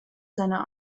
seiner